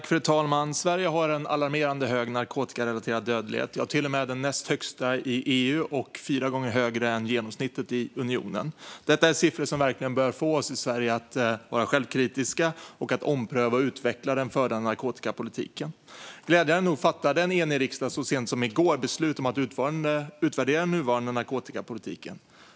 Fru talman! Sverige har en alarmerande hög narkotikarelaterad dödlighet. Det är till och med den näst högsta i EU, och den är fyra gånger högre än genomsnittet i unionen. Detta är siffror som verkligen borde få oss i Sverige att vara självkritiska och att ompröva och utveckla den förda narkotikapolitiken. Glädjande nog fattade en enig riksdag så sent som i går beslut om att utvärdera den nuvarande narkotikapolitiken.